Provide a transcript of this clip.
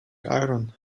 iron